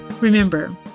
Remember